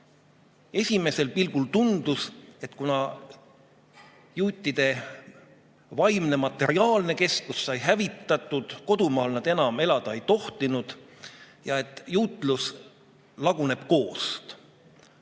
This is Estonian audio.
Esimesel pilgul tundus, et kuna juutide vaimne, materiaalne keskus sai hävitatud, kodumaal nad enam elada ei tohtinud ja et juutlus laguneb koost.